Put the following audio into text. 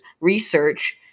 research